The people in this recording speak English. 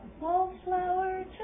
wallflower